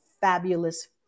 fabulous